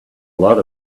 lot